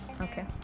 Okay